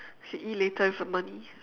you can eat later with the money